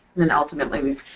then ultimately we